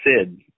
Sid